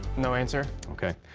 no answer. okay,